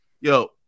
yo